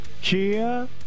Kia